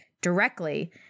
directly